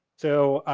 so,